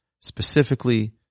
specifically